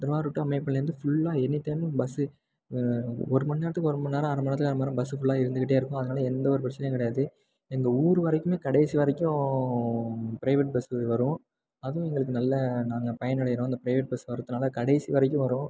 Thiruvarur to அம்மையப்பனில் இருந்து ஃபுல்லாக எனி டைம்மு பஸ்சு ஒரு மணி நேரத்துக்கு ஒரு மணி நேரம் அரை மணி நேரத்தில் பஸ்ஃபுல்லாக இருந்துக்கிட்டே இருக்கும் அதனால எந்தவொரு பிரச்சினையும் கிடையாது எங்கள் ஊர் வரைக்குமே கடைசி வரைக்கும் பிரைவேட் பஸ்சு வரும் அதுவும் எங்களுக்கு நல்ல நாங்கள் பயன் அடைகிறோம் இந்த பிரைவேட் பஸ் வர்றதுனால் கடைசி வரைக்கும் வரும்